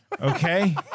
okay